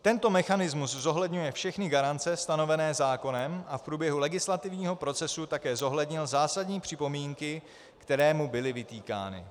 Tento mechanismus zohledňuje všechny garance stanovené zákonem a v průběhu legislativního procesu také zohlednil zásadní připomínky, které mu byly vytýkány.